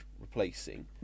replacing